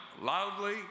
loudly